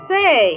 Say